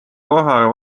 koha